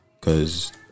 cause